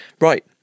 right